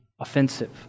offensive